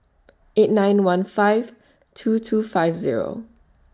eight nine one five two two five Zero